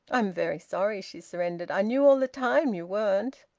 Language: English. i'm very sorry, she surrendered. i knew all the time you weren't.